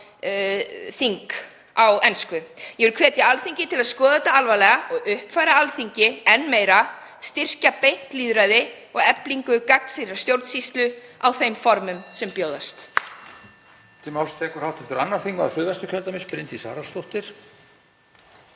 þing. Ég vil hvetja Alþingi til að skoða þetta alvarlega og uppfæra Alþingi enn meira, styrkja beint lýðræði og eflingu gagnsærrar stjórnsýslu á þeim formum sem bjóðast.